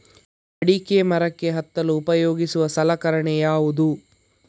ಅಡಿಕೆ ಮರಕ್ಕೆ ಹತ್ತಲು ಉಪಯೋಗಿಸುವ ಸಲಕರಣೆ ಯಾವುದು?